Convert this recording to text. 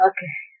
Okay